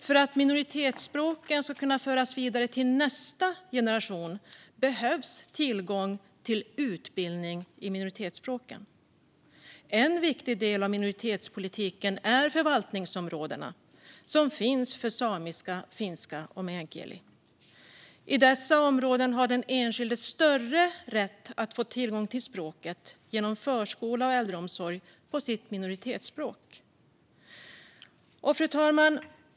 För att minoritetsspråken ska kunna föras vidare till nästa generation behövs tillgång till utbildning i minoritetsspråk. En viktig del av minoritetspolitiken är förvaltningsområdena som finns för samiska, finska och meänkieli. I dessa områden har den enskilde större rätt att få tillgång till språket genom förskola och äldreomsorg på sitt minoritetsspråk. Fru talman!